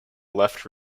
left